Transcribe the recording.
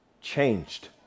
changed